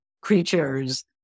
creatures